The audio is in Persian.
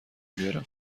بیارم